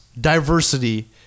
diversity